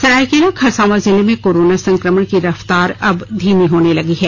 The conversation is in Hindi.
सरायकेला खरसावां जिले में कोरोना संक्रमण की रफ्तार अब धीमी होने लगी है